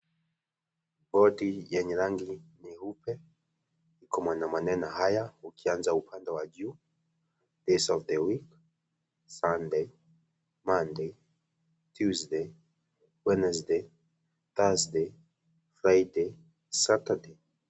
Koti yenye rangi nyeupe iko na maneno haya ukianza upande wa juu (cs)days of the week(cs); Sunday, Monday, Tuesday, Wednesday, Thursday, Friday , Saturday.